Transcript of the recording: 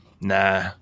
Nah